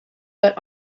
but